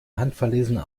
handverlesene